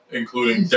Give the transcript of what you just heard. including